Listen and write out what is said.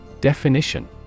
Definition